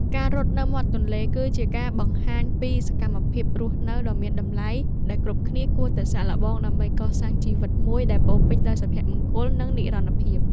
ការរត់នៅមាត់ទន្លេគឺជាការបង្ហាញពី សកម្មភាពរស់នៅដ៏មានតម្លៃ ដែលគ្រប់គ្នាគួរតែសាកល្បង ដើម្បីកសាងជីវិតមួយដែលពោរពេញដោយសុភមង្គល និងនិរន្តរភាព។